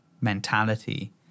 mentality